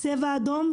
צבע אדום,